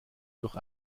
durch